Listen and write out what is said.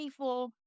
24